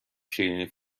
شیرینی